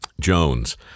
Jones